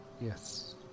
yes